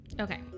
Okay